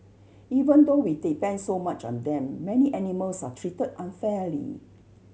even though we depend so much on them many animals are treated unfairly